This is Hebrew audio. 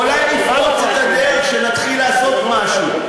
אולי נפרוץ את הדרך, כשנתחיל לעשות משהו.